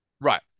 Right